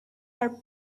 are